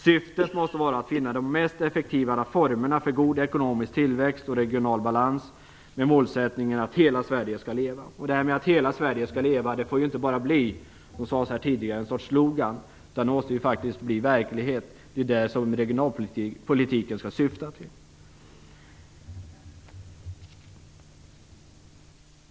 Syftet måste vara att finna de mest effektiva formerna för god ekonomisk tillväxt och regional balans, med målsättningen att hela Sverige skall leva. Att hela Sverige skall leva får inte bara bli en slogan, som sades här tidigare. Det måste bli verklighet. Det är det regionalpolitiken skall syfta till.